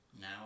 Now